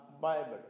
Bible